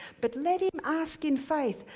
but let him ask in faith,